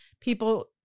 people